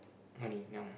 money now